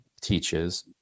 teaches